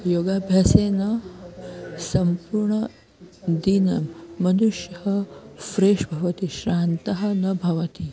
योगाभ्यासेन सम्पूर्णदिनं मनुष्यः फ़्रेश् भवति श्रान्तः न भवति